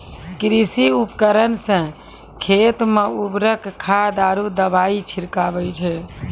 कृषि उपकरण सें खेत मे उर्वरक खाद आरु दवाई छिड़कावै छै